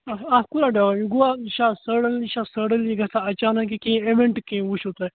اتھ اتھ کوتاہ ٹایِم گوٚو یہِ چھا سٔڈٕن یہِ چھا سٔڈٕنلِی گژھان اچانٛک کِنہٕ کیٚنٛہہ ایٚوینٹ کیٚنٛہہ وُچھِو تُہۍ